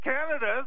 Canada